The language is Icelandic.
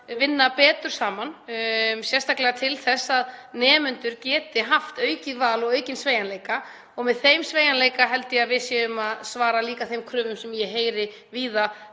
vinna betur saman, sérstaklega til þess að nemendur geti haft aukið val og aukinn sveigjanleika. Með þeim sveigjanleika held ég að við séum að svara líka þeim kröfum sem ég heyri víða